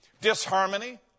disharmony